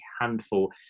handful